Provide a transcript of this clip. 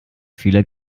vieler